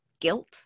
guilt